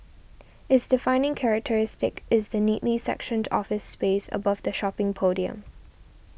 its defining characteristic is the neatly sectioned office space above the shopping podium